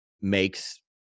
makes